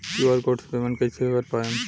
QR code से payment कईसे कर पाएम?